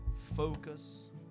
focus